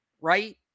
right